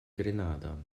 grenada